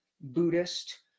Buddhist